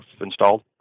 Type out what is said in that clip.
installed